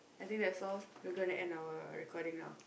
I think that's all we're gonna end our recording now